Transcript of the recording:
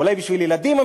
אולי בשביל ילדים?